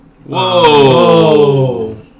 Whoa